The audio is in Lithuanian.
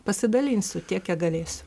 pasidalinsiu tiek kiek galėsiu